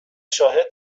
شاهد